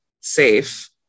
safe